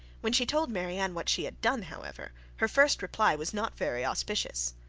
when she told marianne what she had done, however, her first reply was not very auspicious.